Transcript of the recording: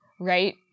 right